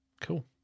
Cool